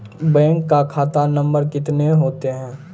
Bank का खाता number कितने होते हैं?